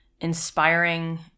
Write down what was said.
inspiring